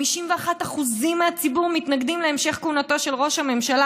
51% מהציבור מתנגדים להמשך כהונתו של ראש הממשלה